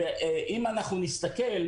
אם נסתכל,